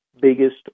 biggest